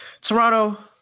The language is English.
Toronto